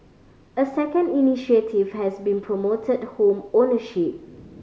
a second initiative has been promoted home ownership